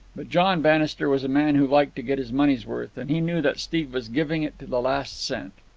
but john bannister was a man who liked to get his money's worth, and he knew that steve was giving it to the last cent.